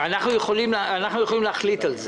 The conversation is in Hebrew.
אנחנו יכולים להחליט על זה.